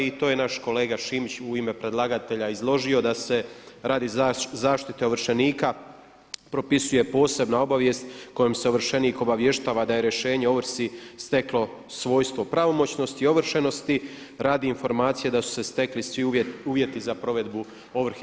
I to je naš kolega Šimić u ime predlagatelja izložio da se radi zaštite ovršenika propisuje posebna obavijest kojom se ovršenik obavještava da je rješenje o ovrsi steklo svojstvo pravomoćnosti i ovršenosti radi informacije da su se stekli svi uvjeti za provedbu ovrhe.